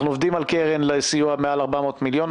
אנחנו עובדים על קרן לסיוע מעל 400 מיליון,